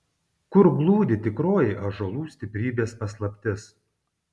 kur glūdi tikroji ąžuolų stiprybės paslaptis